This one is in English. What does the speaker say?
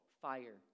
fire